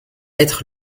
être